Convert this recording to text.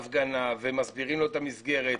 להפגנה, מסדירים לו את המסגרת.